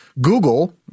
Google